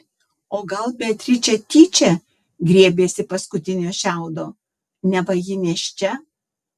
o gal beatričė tyčia griebėsi paskutinio šiaudo neva ji nėščia